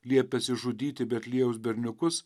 liepęs išžudyti betliejaus berniukus